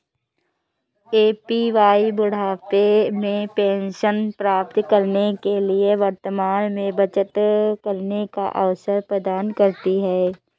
APY बुढ़ापे में pension प्राप्त करने के लिए वर्तमान में बचत करने का अवसर प्रदान करती है